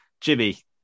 Jimmy